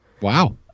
Wow